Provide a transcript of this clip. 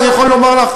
אני יכול לומר לך,